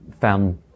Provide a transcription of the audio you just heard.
found